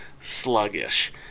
sluggish